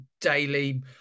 daily